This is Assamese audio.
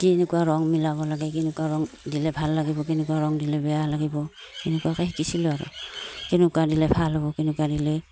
কেনেকুৱা ৰং মিলাব লাগে কেনেকুৱা ৰং দিলে ভাল লাগিব কেনেকুৱা ৰং দিলে বেয়া লাগিব সেনেকুৱাকৈ শিকিছিলোঁ আৰু কেনেকুৱা দিলে ভাল হ'ব কেনেকুৱা দিলে